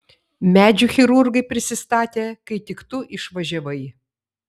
medžių chirurgai prisistatė kai tik tu išvažiavai